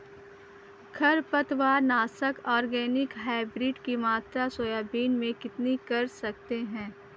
खरपतवार नाशक organic hybrid की मात्रा सोयाबीन में कितनी कर सकते हैं?